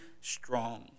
strong